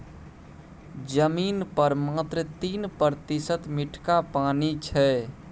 जमीन पर मात्र तीन प्रतिशत मीठका पानि छै